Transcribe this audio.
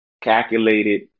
calculated